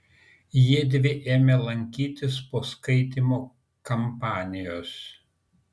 jiedvi ėmė lankytis po skaitymo kampanijos